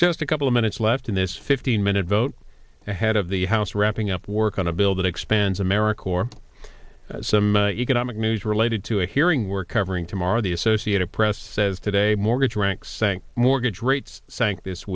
just a couple of minutes left in this fifteen minute vote ahead of the house wrapping up work on a bill that expands america for some economic news related to a hearing we're covering tomorrow the associated press says today mortgage ranks sank mortgage rates sank this